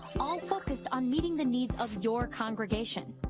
all focused on meeting the needs of your congregation.